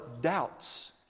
doubts